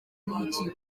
niki